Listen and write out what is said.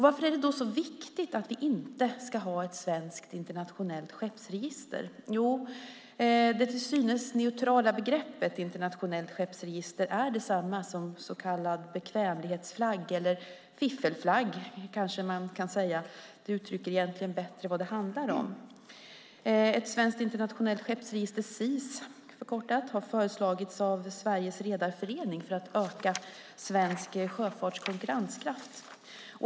Varför är det då så viktigt att vi inte ska ha ett svenskt internationellt skeppsregister? Jo, det till synes neutrala begreppet "internationellt skeppsregister" är detsamma som så kallad bekvämlighetsflagg - eller "fiffelflagg" kanske man kan säga; det uttrycker egentligen bättre vad det handlar om. Ett svenskt internationellt skeppsregister, förkortat SIS, har föreslagits av Sveriges Redareförening för att öka svensk sjöfarts konkurrenskraft.